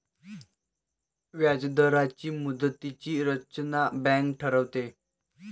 व्याजदरांची मुदतीची रचना बँक ठरवते